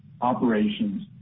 operations